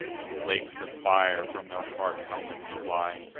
and flakes of fire from their hard helmets fly.